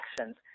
actions